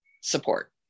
support